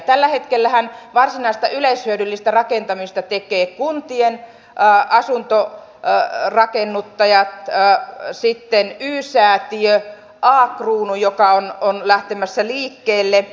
tällä hetkellähän varsinaista yleishyödyllistä rakentamista tekevät kuntien asuntorakennuttajat sitten y säätiö a kruunu joka on lähtemässä liikkeelle